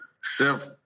chef